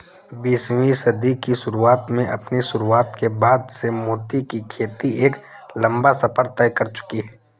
बीसवीं सदी की शुरुआत में अपनी शुरुआत के बाद से मोती की खेती एक लंबा सफर तय कर चुकी है